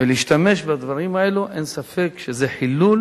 ולהשתמש בדברים האלה, אין ספק שזה חילול